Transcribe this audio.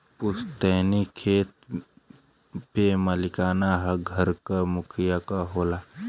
पुस्तैनी खेत पे मालिकाना हक घर क मुखिया क होला